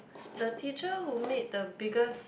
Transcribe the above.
the teacher who made the biggest